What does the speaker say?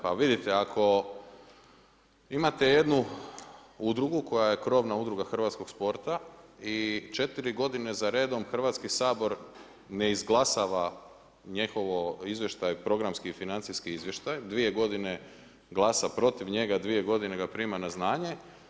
Pa vidite ako imate jednu udrugu koja je krovna udruga hrvatskog sporta i četiri godine za redom Hrvatski sabor ne izglasava njihovo izvještaj, programski i financijski izvještaj, dvije godine glasa protiv njega, dvije godine ga prima na znanje.